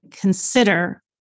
consider